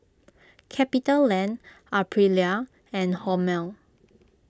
CapitaLand Aprilia and Hormel